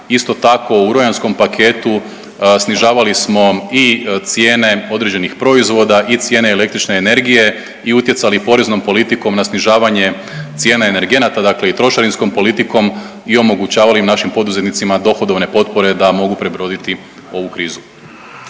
Isto tako u rujanskom paketu snižavali smo i cijene određenih proizvoda i cijene električne energije i utjecali poreznom politikom na snižavanje cijene energenata, dakle i troševinskom politikom i omogućavali našim poduzetnicima dohodovne potpore da mogu prebroditi ovu krizu.